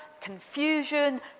confusion